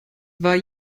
war